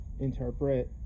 interpret